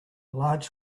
large